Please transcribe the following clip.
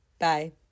Bye